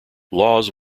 laws